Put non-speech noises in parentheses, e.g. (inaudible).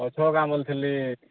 (unintelligible) ବୋଲୁଥିଲି